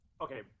okay